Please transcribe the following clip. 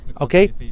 Okay